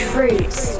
Fruits